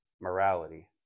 morality